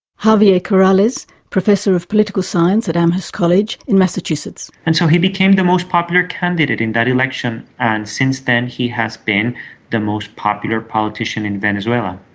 javier corrales, professor of political science at um amherst college in massachusetts. and so he became the most popular candidate in that election, and since then he has been the most popular politician in venezuela.